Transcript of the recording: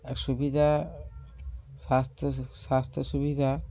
আর সুবিধা স্বাস্থ্য স্বাস্থ্য সুবিধা